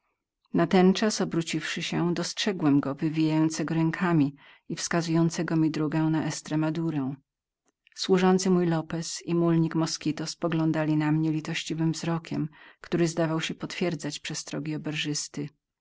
dojdą natenczas obróciwszy się dostrzegłem go wywijającego rękami i wskazującego mi drogę na estremadurę służący mój lopez i przewodnik moskito poglądali na mnie litościwym wzrokiem który zdawał się potwierdzać przestrogi